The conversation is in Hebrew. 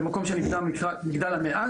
במקום שנקרא "מגדל המאה",